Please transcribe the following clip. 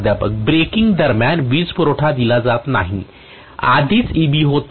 प्राध्यापक ब्रेकिंग दरम्यान वीजपुरवठा दिला जात नाही आधीच Eb होता